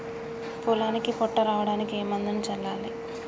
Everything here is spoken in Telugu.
పొలానికి పొట్ట రావడానికి ఏ మందును చల్లాలి?